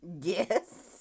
Yes